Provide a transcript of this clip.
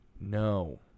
No